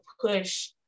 push